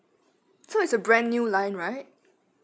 so it's a brand new line right